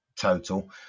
total